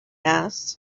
asked